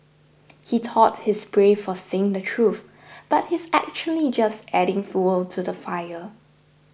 he thought his brave for saying the truth but he's actually just adding fuel to the fire